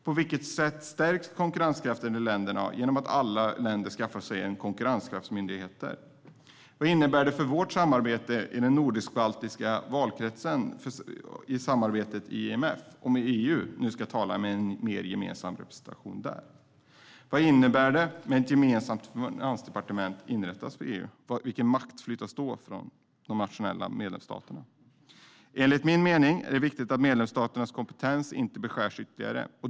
På vilket sätt stärks konkurrenskraften i länderna genom att alla länder skaffar sig konkurrenskraftsmyndigheter? Vad innebär det för vårt samarbete i den nordisk-baltiska valkretsen i IMF om EU ska tala med mer gemensam representation? Vad innebär det att ett gemensamt finansdepartement inrättas för EU? Vilken makt flyttas då från de nationella medlemsstaterna? Enligt min mening är det viktigt att medlemsstaternas kompetens inte beskärs ytterligare.